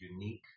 unique